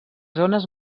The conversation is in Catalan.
zones